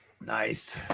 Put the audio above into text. Nice